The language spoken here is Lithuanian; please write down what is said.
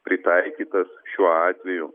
pritaikytas šiuo atveju